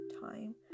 time